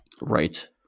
right